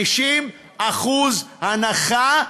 50% הנחה בארנונה,